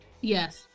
Yes